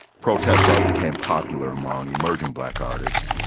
protest art became popular among emerging black artists,